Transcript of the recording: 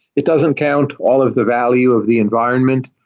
it doesn't count all of the value of the environment.